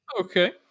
Okay